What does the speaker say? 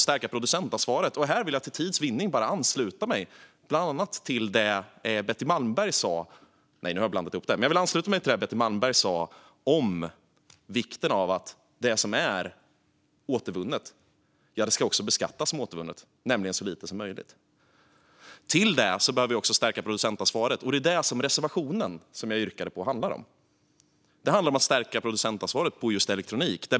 Jag vill ansluta mig till det som Betty Malmberg sa om vikten av att det som är återvunnet också ska beskattas som återvunnet, det vill säga så lite som möjligt. Därutöver behöver vi också stärka producentansvaret. Det är detta som reservationen, som jag yrkar bifall till, handlar om - att stärka producentansvaret för elektronik.